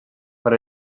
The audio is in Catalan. per